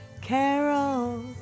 Carol